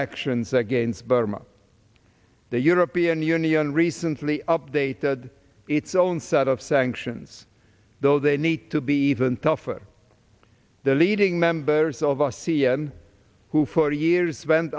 actions against burma the european union recently updated its own set of sanctions though they need to be even tougher the leading members of r c m who for years went